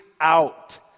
out